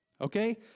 Okay